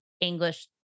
English